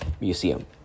Museum